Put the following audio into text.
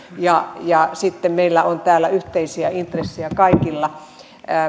ja ja sitten meillä on täällä yhteisiä intressejä kaikilla